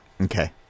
Okay